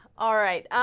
alright